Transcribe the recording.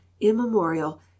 immemorial